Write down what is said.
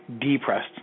depressed